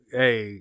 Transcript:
hey